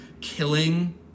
killing